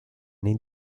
nei